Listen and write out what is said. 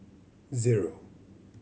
zero